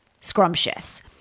scrumptious